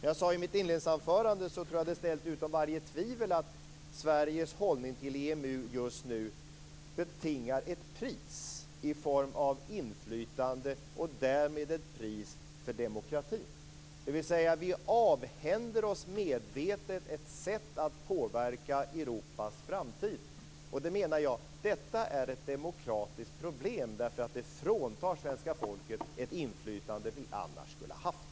Jag sade i mitt inledningsanförande att jag tror att det är ställt utom varje tvivel att Sveriges hållning till EMU just nu betingar ett pris i form av inflytande och därmed ett pris vad gäller demokratin. Vi avhänder oss medvetet ett sätt att påverka Europas framtid. Jag menar att detta är ett demokratiskt problem därför att det fråntar svenska folket ett inflytande vi annars skulle ha haft.